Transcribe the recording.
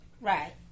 Right